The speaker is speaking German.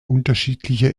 unterschiedliche